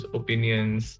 opinions